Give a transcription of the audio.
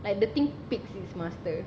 like the thing picks its master